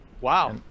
Wow